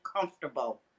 comfortable